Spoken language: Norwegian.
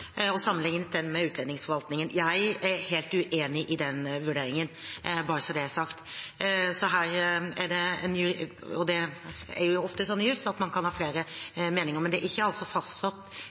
sammenlignet den med utlendingsforvaltningen: Jeg er helt uenig i den vurderingen, bare så det er sagt. Det er jo ofte sånn i juss at man kan ha flere meninger, men det er altså ikke